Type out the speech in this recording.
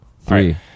three